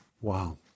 Wow